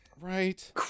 Right